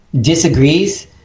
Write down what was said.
disagrees